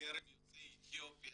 מקרב יוצאי אתיופיה,